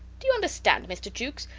do you understand, mr. jukes?